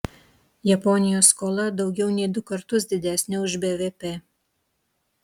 japonijos skola daugiau nei du kartus didesnė už bvp